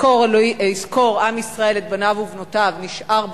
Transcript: "יזכור עם ישראל את בניו ובנותיו" נשאר בטקסים,